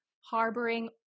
harboring